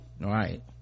right